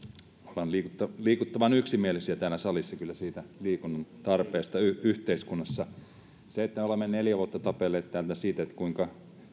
olemme kyllä liikuttavan yksimielisiä täällä salissa siitä liikunnan tarpeesta yhteiskunnassa mutta kun olemme neljä vuotta tapelleet täällä siitä kuinka